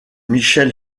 michel